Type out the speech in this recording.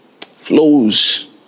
flows